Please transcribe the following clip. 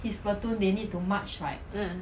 P_S platoon they need too much right